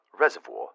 Reservoir